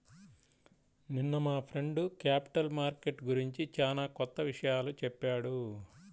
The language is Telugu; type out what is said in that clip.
నిన్న మా ఫ్రెండు క్యాపిటల్ మార్కెట్ గురించి చానా కొత్త విషయాలు చెప్పాడు